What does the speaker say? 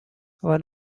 one